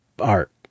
art